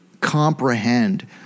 comprehend